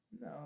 No